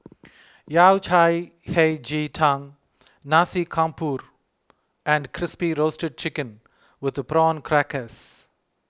Yao Cai Hei Ji Tang Nasi Campur and Crispy Roasted Chicken with Prawn Crackers